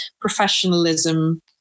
professionalism